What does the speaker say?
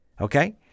Okay